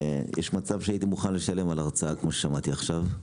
יש מצב שהייתי מוכן לשלם על הרצאה כמו ששמעתי עכשיו,